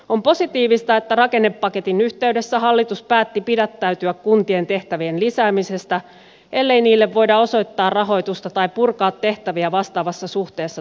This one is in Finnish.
on positiivista että rakennepaketin yhteydessä hallitus päätti pidättäytyä kuntien tehtävien lisäämisestä ellei niille voida osoittaa rahoitusta tai purkaa tehtäviä vastaavassa suhteessa toisaalta